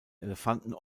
elefanten